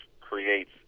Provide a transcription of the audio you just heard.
creates